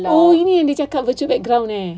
oh ini yang dia cakap virtual background eh